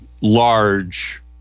large